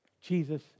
Jesus